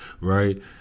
right